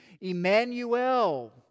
Emmanuel